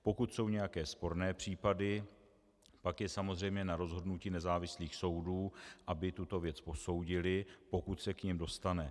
Pokud jsou nějaké sporné případy, pak je samozřejmě na rozhodnutí nezávislých soudů, aby tuto věc posoudily, pokud se k nim dostane.